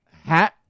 hat